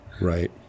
Right